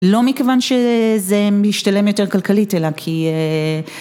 לא מכיוון שזה משתלם יותר כלכלית אלא כי...